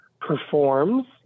performs